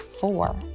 four